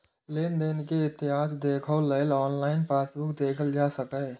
लेनदेन के इतिहास देखै लेल ऑनलाइन पासबुक देखल जा सकैए